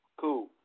Cool